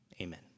amen